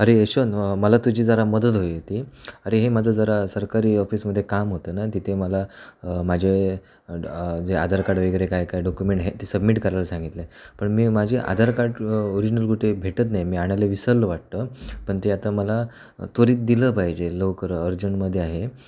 अरे यशवंत मला तुझी जरा मदत हवी होती अरे हे माझं जरा सरकारी ऑफिसमध्ये काम होतं ना तिथे मला माझे ड जे आधार कार्ड वगैरे काय काय डॉकुमेंट आहेत ते सबमिट करायला सांगितले आहेत पण मी माझी आधार कार्ड ओरिजनल कुठे भेटत नाही मी आणायला विसरलो वाटतं पण ते आता मला त्वरित दिलं पाहिजे लवकर अर्जंटमध्ये आहे